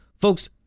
Folks